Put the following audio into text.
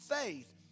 faith